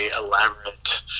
elaborate